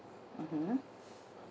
mmhmm